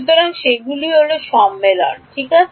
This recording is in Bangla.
সুতরাং সেগুলি হল সম্মেলন ঠিক আছে